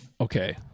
Okay